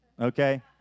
okay